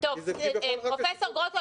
פרופ' גרוטו,